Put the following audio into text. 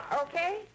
Okay